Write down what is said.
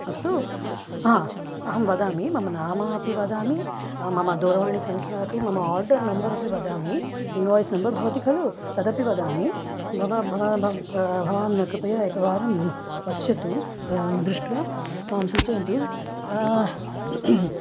अस्तु अहं वदामि मम नामापि वदामि मम दूरवाणी सङ्ख्या अपि मम आर्डर् नम्बर् अपि वदामि इन्वाय्स् नम्बर् भवति खलु तदपि वदामि भवान् कृपया एकवारं पश्यतु दृष्ट्वा माम् सूचयन्तु